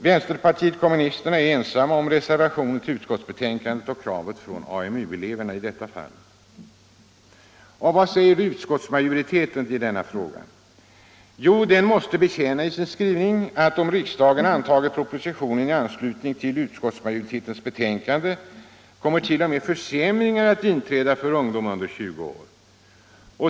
Vänsterpartiet kommunisterna är ensamt om reservationen till utskottsbetänkandet och kravet från AMU-eleverna. Vad säger utskottsmajoriteten i denna fråga? Jo, den måste i sin skrivning bekänna att om riksdagen antar propositionen såsom föreslås i ut skottsmajoritetens betänkande kommer t.o.m. försämringar att inträda Nr 84 för ungdom under 20 år.